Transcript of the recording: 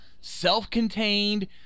self-contained